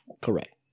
correct